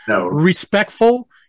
respectful